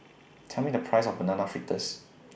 Tell Me The Price of Banana Fritters